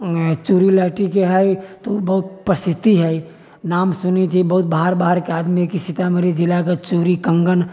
चूड़ी लहठीके हइ तऽ ओ बहुत प्रसिद्धि हइ नाम सुनैत छी बहुत बाहर बाहरके आदमी कि सीतामढ़ी जिलाके चूड़ी कङ्गन